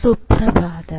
സുപ്രഭാതം